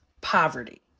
poverty